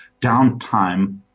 downtime